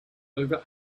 over